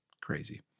crazy